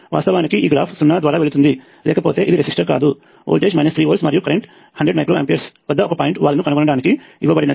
వాస్తవానికి ఈ గ్రాఫ్ సున్నా ద్వారా వెళుతుంది లేకపోతే ఇది రెసిస్టర్ కాదు వోల్టేజ్ 3 వోల్ట్స్ మరియు కరెంట్ 100 మైక్రో ఆంపియర్స్ వద్ద ఒక పాయింట్ వాలును కనుగొనటానికి ఇవ్వబడినది